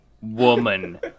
Woman